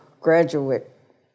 graduate